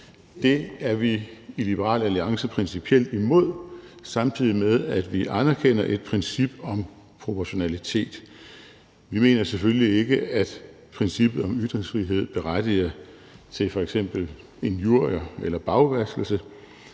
Det er vi i Liberal Alliance principielt imod, samtidig med at vi anerkender et princip om proportionalitet. Vi mener selvfølgelig ikke, at princippet om ytringsfrihed berettiger til f.eks. injurier eller bagvaskelse,